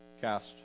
cast